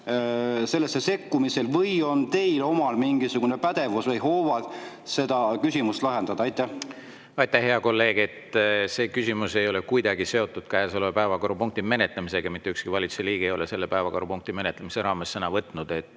sellesse sekkumiseks, või on teil omal mingisugune pädevus või hoovad, et seda küsimust lahendada? Aitäh, hea kolleeg! See küsimus ei ole kuidagi seotud käesoleva päevakorrapunkti menetlemisega. Mitte ükski valitsuse liige ei ole selle päevakorrapunkti menetlemise raames sõna võtnud.